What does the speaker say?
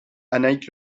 annaïg